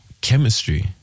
Chemistry